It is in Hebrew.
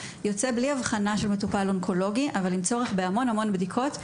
יוצא בלי אבחנה של מטופל אונקולוגי ועם צורך בהמון-המון בדיקות.